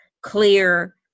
clear